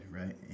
right